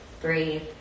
breathe